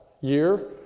year